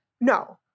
No